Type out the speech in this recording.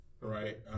right